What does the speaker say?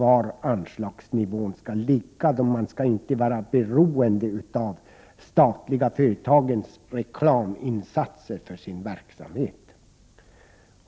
Man skall inte vara beroende av de statliga företagens reklaminsatser för sin verksamhet.